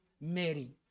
Mary